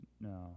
No